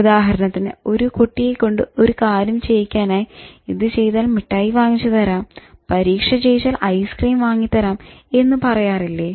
ഉദാഹരണത്തിന് ഒരു കുട്ടിയെ കൊണ്ട് ഒരു കാര്യം ചെയ്യിക്കാനായി "ഇത് ചെയ്താൽ മിഠായി വാങ്ങിച്ചു തരാം" "പരീക്ഷ ജയിച്ചാൽ ഐസ്ക്രീം വാങ്ങി തരാം" എന്ന് പറയാറില്ലേ